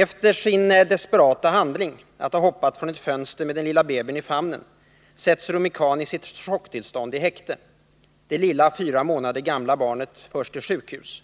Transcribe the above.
Efter sin desperata handling — efter att ha hoppat ut genom ett fönster med sin baby i famnen — sattes Rumi Can, som befann sig i chocktillstånd, i häkte. Det fyra månader gamla barnet fördes till sjukhus.